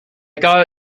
got